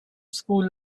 school